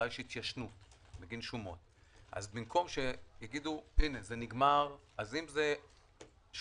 התיישנות בגין שומות אז במקום שיגידו: זה נגמר אם זו שומה,